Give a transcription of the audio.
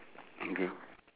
okay